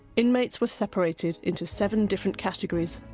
inmates were separated in to seven different categories,